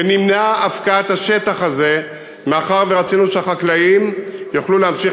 ונמנעה הפקעת השטח הזה מאחר שרצינו שהחקלאים יוכלו להמשיך